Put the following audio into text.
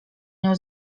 nią